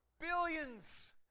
billions